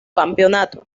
campeonato